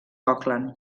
auckland